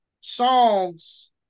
songs